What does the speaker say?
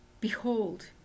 Behold